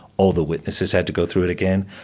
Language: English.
all the witnesses had to go through it again,